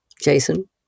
Jason